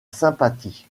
sympathie